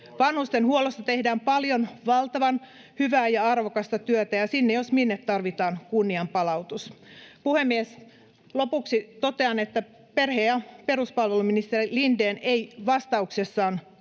Vanhustenhuollossa tehdään paljon valtavan hyvää ja arvokasta työtä, ja sinne jos minne tarvitaan kunnianpalautus. Puhemies! Lopuksi totean, että perhe- ja peruspalveluministeri Lindén ei vastauksessaan